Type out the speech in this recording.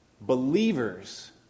Believers